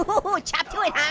ah but oh, chop to it,